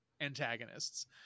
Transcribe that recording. antagonists